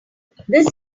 this